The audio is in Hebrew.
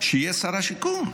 שיהיה שר השיכון.